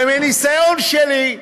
ומניסיון שלי,